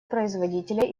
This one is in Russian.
производителя